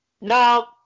Now